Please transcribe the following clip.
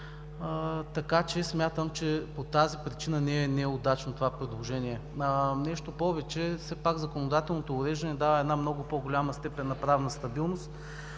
пенсии. Смятам, че по тази причина не е удачно това предложение. Нещо повече, все пак законодателното уреждане дава една много по-голяма степен на правна стабилност,